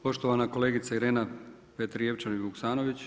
Poštovana kolegica Irena Petrijevčanin Vuksanović.